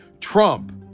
Trump